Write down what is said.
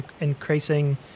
increasing